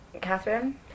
Catherine